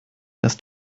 dass